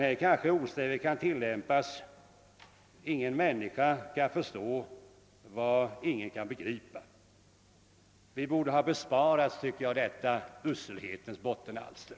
Här kanske ordstävet kan tillämpas: Det är inte till att begripa vad ingen människa kan förstå. Vi borde ha besparats, tycker jag, detta uselhetens bottenalster.